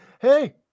Hey